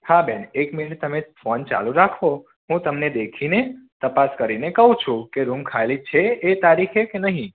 હા બેન એક મિનીટ તમે ફોન ચાલું રાખો હું તમને દેખીને તપાસ કરીને કહું છું કે રૂમ ખાલી છે એ તારીખે કે નહીં